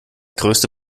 größte